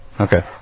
okay